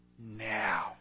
now